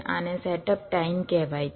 આને setup time કહેવાય છે